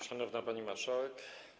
Szanowna Pani Marszałek!